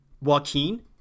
Joaquin